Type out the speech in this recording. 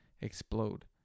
explode